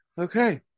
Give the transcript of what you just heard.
Okay